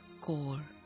core